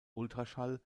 ultraschall